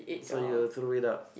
so you throw it up